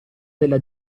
della